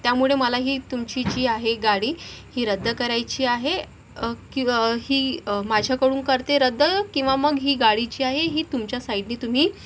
त्यामुळे मला ही तुमची जी आहे गाडी ही रद्द करायची आहे किंवा ही माझ्याकडून करते रद्द किंवा मग ही गाडी जी आहे ही तुमच्या साईडनी तुम्ही